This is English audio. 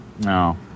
No